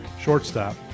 shortstop